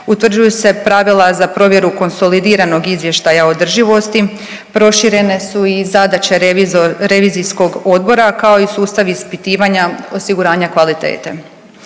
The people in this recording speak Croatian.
Utvrđuju se pravila za provjeru konsolidiranog izvještaja održivosti. Proširene su i zadaće revizor… revizijskog odbora kao i sustav ispitivanja osiguranja kvalitete.